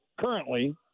currently